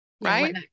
right